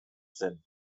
zen